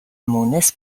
مونس